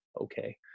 okay